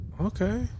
Okay